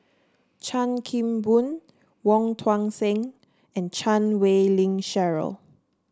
Chan Kim Boon Wong Tuang Seng and Chan Wei Ling Cheryl